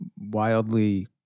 wildly